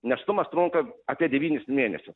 nėštumas trunka apie devynis mėnesius